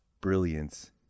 brilliance